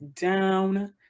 down